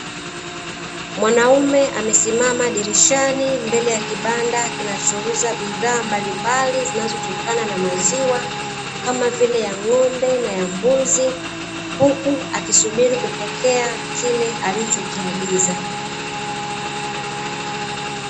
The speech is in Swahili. Mwanaume amesimama dirishani mbele ya kibanda kinachouza bidhaa mbalimbali, zinazotokana na maziwa kama vile ya ng’ombe na ya mbuzi. Huku akisubiri kupokea kile alichokiagiza.